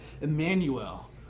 Emmanuel